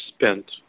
spent